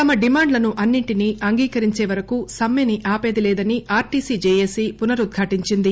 తమ డిమాండ్లను అన్నింటినీ అంగీకరించేవరకు సమ్మెను ఆపేదిలేదని ఆర్టీసీ జేఏసీ పునరుద్ఘాటించింది